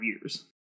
years